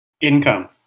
Income